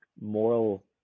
moral